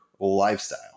lifestyle